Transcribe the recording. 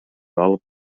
алып